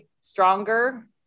stronger